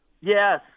Yes